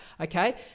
okay